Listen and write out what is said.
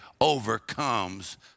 overcomes